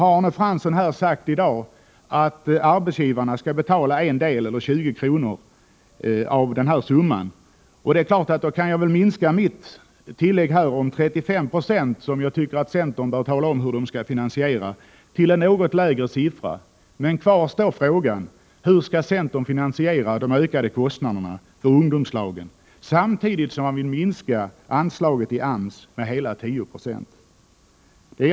Arne Fransson har i dag sagt att arbetsgivarna skall betala den del av kostnaden som överstiger 20 kr. per timme. I så fall " minskar de 35 procenten något, men kvar står frågan hur centern skall finansiera de ökade kostnaderna för ungdomslag samtidigt som man vill minska anslaget till AMS med hela 10 96.